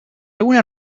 alguna